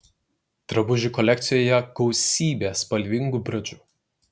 drabužių kolekcijoje gausybė spalvingų bridžų